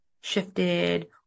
shifted